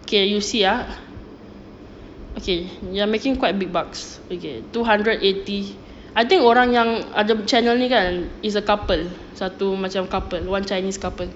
okay you see ah okay they are making quite big bucks okay two hundred eighty I think orang yang ada channel ni kan is a couple satu macam couple one chinese couple